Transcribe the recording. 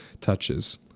touches